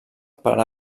per